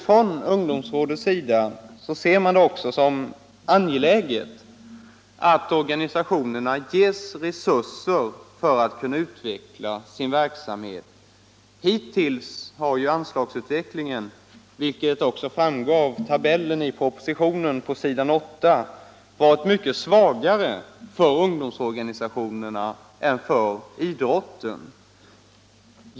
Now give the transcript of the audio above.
Från ungdomsrådets sida ser man det också som angeläget att organisationerna ges resurser för att kunna utveckla sin verksamhet. Hittills har ju anslagsutvecklingen — vilket framgår av tabellen på s. 8 i propositionen — varit svagare för ungdomsorganisationerna än för idrotten.